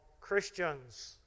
Christians